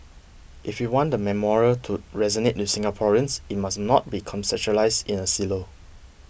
if we want the memorial to resonate with Singaporeans it must not be conceptualised in a silo